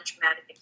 traumatic